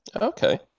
Okay